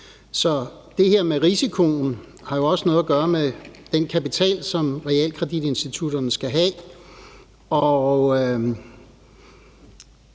så det her med risikoen har jo også noget at gøre med den kapital, som realkreditinstitutterne skal have.